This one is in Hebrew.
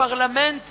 הפרלמנט